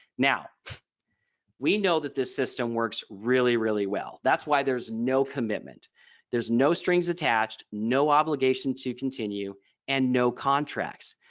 now we know that this system works really, really well. that's why there's no commitment there's no strings attached no obligation to continue and no contracts.